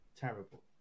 terrible